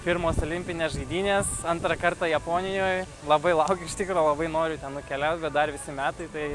pirmos olimpinės žaidynės antrą kartą japonijoj labai laukiu iš tikro labai noriu ten nukeliaut bet dar visi metai tai